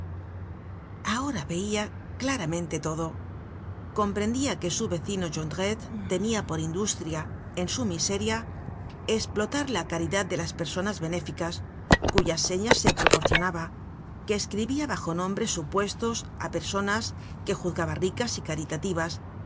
ahora veia claramente todo comprendia que su vecino jondrette tenia por industria en su miseria esplotar la caridad de las personas benéficas cuyas señas se proporcionaba que escribia bajo nombres supuestos á personas que juzgaba ricas y caritativas